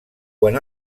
quan